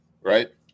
right